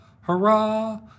hurrah